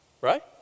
right